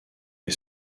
est